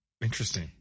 Interesting